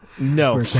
No